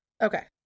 okay